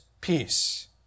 peace